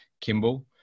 Kimball